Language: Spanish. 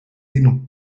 vino